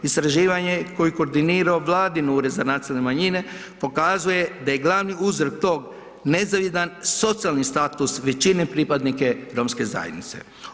Istraživanje koje je koordinirao vladin Ured za nacionalne manjine pokazuje da je glavni uzrok tog nezavidan socijalni status većine pripadnike romske zajednice.